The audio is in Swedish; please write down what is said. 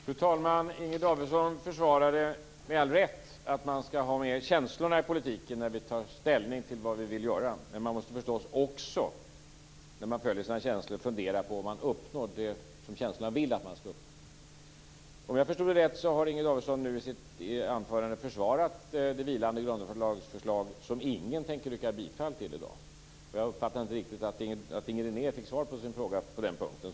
Fru talman! Inger Davidson försvarade med all rätt att man skall ha med känslorna i politiken när vi tar ställning till vad vi vill göra. Men när man följer sina känslor måste man naturligtvis också fundera över om man uppnår det som känslorna vill att man skall uppnå. Om jag förstod det rätt har Inger Davidson i sitt anförande försvarat det vilande grundlagsförslaget som ingen tänker yrka bifall till i dag. Jag uppfattade inte riktigt att Inger René fick svar på sin fråga på den punkten.